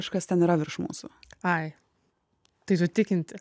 kažkas ten yra virš mūsų ai tai tu tikinti